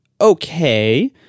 okay